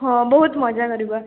ହଁ ବହୁତ ମଜା କରିବା